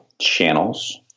channels